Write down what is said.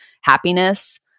happiness